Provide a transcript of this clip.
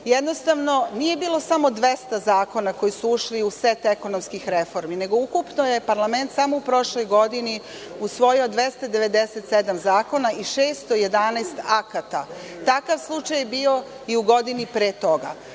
jednostavno nije bilo samo 200 zakona koji su ušli u set ekonomskih reformi, nego ukupno je parlament samo u prošloj godini usvojio 297 zakona i 611 akata. Takav slučaj je bio i u godini pre toga. Prema